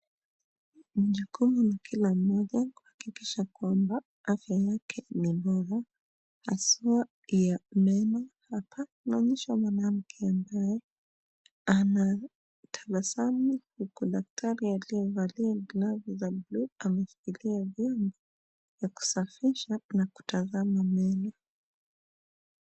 Ni jukumu la kila mmoja kuhakikisha kwamba afya yake ni bora haswa ya meno. Hapa, tunaonyeshwa mwanamke ambaye anatabasamu huku daktari aliyevalia glavu za buluu ameshkilia vyuma vya kusafisha na kutazama meno.